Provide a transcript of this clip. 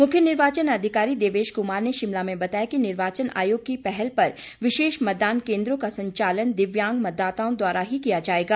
मुख्य निर्वाचन अधिकारी देवेश कुमार ने शिमला में बताया कि निर्वाचन आयोग की पहल पर विशेष मतदान केंद्रों का संचालन दिव्यांग मतदाताओं द्वारा ही किया जाएगा